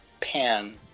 pan